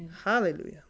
Hallelujah